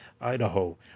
Idaho